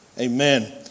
amen